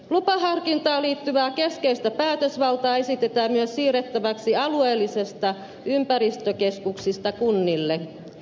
lupaharkintaan liittyvää keskeistä päätösvaltaa esitetään myös siirrettäväksi alueellisista ympäristökeskuksista kunnille